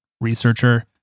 researcher